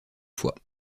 fois